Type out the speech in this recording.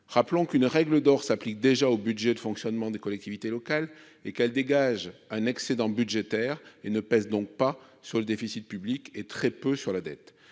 rappelons qu'une règle d'or s'applique déjà au budget de fonctionnement des collectivités locales et qu'elles dégagent un excédent budgétaire et ne pèse donc pas sur le déficit public et très peu sur la dette